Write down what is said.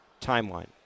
timeline